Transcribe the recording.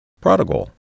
Prodigal